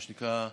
מה שנקרא,